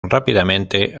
rápidamente